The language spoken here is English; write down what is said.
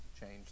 change